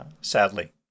sadly